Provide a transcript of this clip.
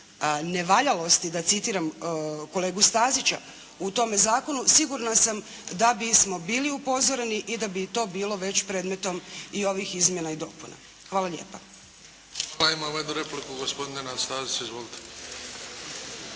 nevaljalosti da citiram kolegu Stazića u tome zakonu, sigurna sam da bismo bili upozoreni i da bi to bilo već predmetom i ovih izmjena i dopuna. Hvala lijepa. **Bebić, Luka (HDZ)** Hvala. Imamo jednu repliku. Gospodin Nenad Stazić. Izvolite.